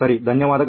ಸರಿ ಧನ್ಯವಾದಗಳು